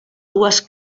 dues